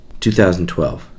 2012